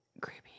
Creepy